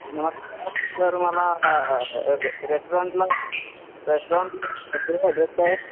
नमस्कार सर मला रे रेस्टॉरंटला रेस्टॉरंटचा ॲड्रेस काय आहे